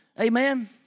Amen